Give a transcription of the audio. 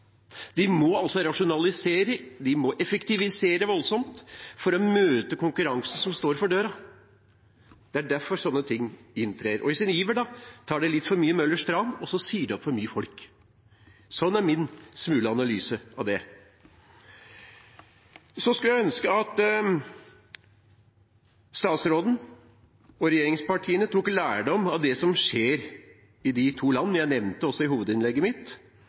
De må altså rasjonalisere, de må effektivisere voldsomt for å møte konkurransen som står for døra. Det er derfor sånne ting inntrer. I sin iver tar de da litt for mye Møllers tran, og så sier de opp for mange folk. Sånn er min smule analyse av det. Jeg skulle ønske at statsråden og regjeringspartiene tok lærdom av det som skjer i de to land jeg nevnte også i hovedinnlegget mitt,